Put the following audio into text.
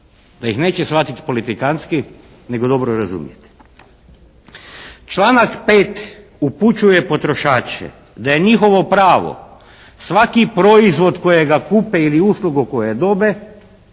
da ih neće shvatiti politikantski nego dobro razumjeti. Članak 5. upućuje potrošače da je njihovo pravo svaki proizvod kojega kupe ili uslugu koje dobe,